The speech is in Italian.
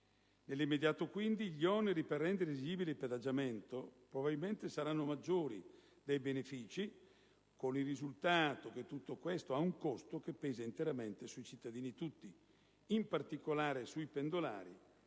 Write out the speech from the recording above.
Nell'immediato, quindi, gli oneri per rendere esigibile il pedaggiamento probabilmente saranno maggiori dei benefici, con il risultato che tutto questo ha un costo che pesa interamente sui cittadini tutti, in particolare sui pendolari